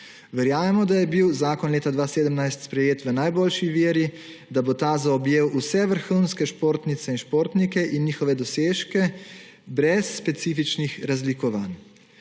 Verjamemo, da je bil zakon leta 2017 sprejet v najboljši veri, da bo ta zaobjel vse vrhunske športnice in športnike in njihove dosežke brez specifičnih razlikovanj.